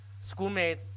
schoolmate